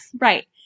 Right